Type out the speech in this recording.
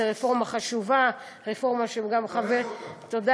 זו רפורמה חשובה, רפורמה שגם חבר, אני מברך אותך.